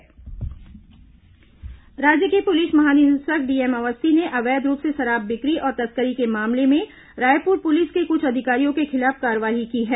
DGP कार्रवाई राज्य के पुलिस महानिदेशक डीएम अवस्थी ने अवैध रूप से शराब बिक्री और तस्करी के मामले में रायपुर पुलिस के कुछ अधिकारियों के खिलाफ कार्रवाई की है